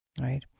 Right